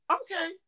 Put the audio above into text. okay